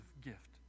gift